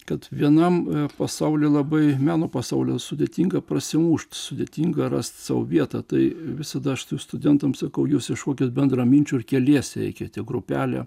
kad vienam pasauly labai meno pasauliui sudėtinga prasimušt sudėtinga rast sau vietą tai visada aš studentams sakau jūs ieškokit bendraminčių ir keliese eikit grupelė